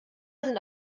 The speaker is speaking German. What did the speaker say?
sind